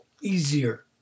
easier